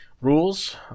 rules